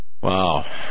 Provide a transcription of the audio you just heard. Wow